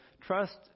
trust